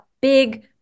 big